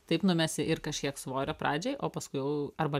taip numesi ir kažkiek svorio pradžiai o paskui jau arba